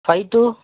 five two